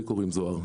לי קוראים זוהר,